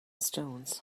stones